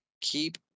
keep